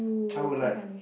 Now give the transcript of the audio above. I would like